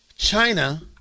China